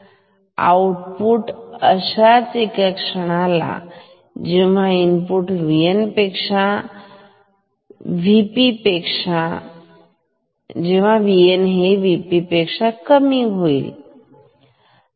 output अशाच एका क्षणाला जेव्हा इनपुट VN पेक्षा VP कमी होईल